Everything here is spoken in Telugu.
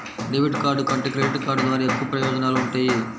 డెబిట్ కార్డు కంటే క్రెడిట్ కార్డు ద్వారా ఎక్కువ ప్రయోజనాలు వుంటయ్యి